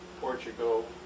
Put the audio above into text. Portugal